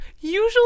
usually